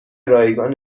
رایگان